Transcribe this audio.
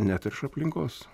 neteršia aplinkos